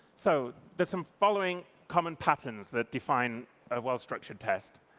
so there's some following common patterns that define a well-structured test.